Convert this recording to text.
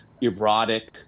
erotic